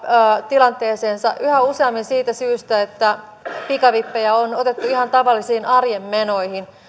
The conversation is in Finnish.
tilanteeseensa yhä useammin siitä syystä että pikavippejä on otettu ihan tavallisiin arjen menoihin